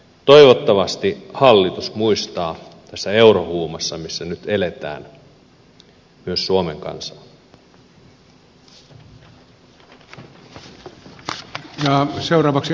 toivottavasti hallitus muistaa tässä eurohuumassa missä nyt eletään myös suomen kansaa